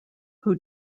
who